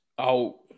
out